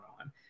on